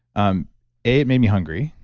um a, it made me hungry,